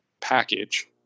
package